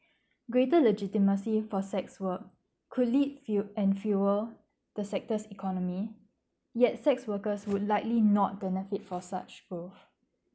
greater legitimacy for sex work could lead few and fewer the sectors economy yet sex workers would likely not benefit for such foe